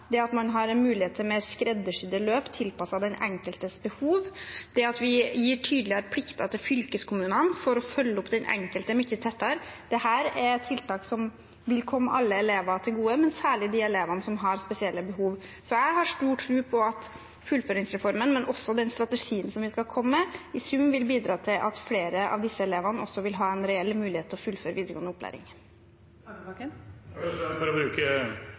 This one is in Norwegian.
at man får mulighet til mer skreddersydde løp tilpasset den enkeltes behov, og at vi gir fylkeskommunene tydeligere plikter til å følge opp den enkelte mye tettere. Dette er tiltak som vil komme alle elever til gode, men særlig de elevene som har spesielle behov. Så jeg har stor tro på at fullføringsreformen og den strategien vi skal komme med, i sum vil bidra til at flere av disse elevene også vil få en reell mulighet til å fullføre videregående opplæring. For å bruke